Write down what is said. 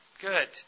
Good